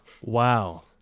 Wow